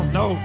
no